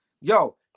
Yo